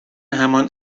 همان